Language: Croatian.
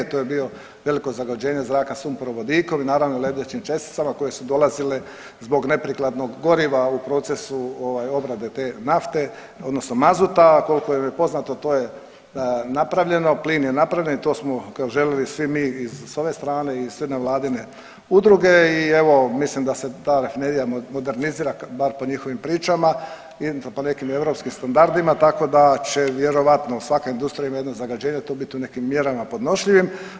To je bilo veliko zagađenje zraka sumporovodikom i naravno lebdećim česticama koje su dolazile zbog neprikladnog goriva u procesu ovaj obrade te nafte odnosno mazuta, a koliko mi je poznato to je napravljeno, plin je napravljen i to smo želili svi mi i s ove strane i sve nevladine udruge i evo mislim da se ta rafinerija modernizira bar po njihovim pričama i po nekim europskim standardima, tako da će vjerojatno, svaka industrija ima jedno zagađenje, to bit u nekim mjerama podnošljivim.